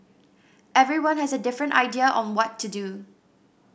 everyone has a different idea on what to do